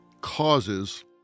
causes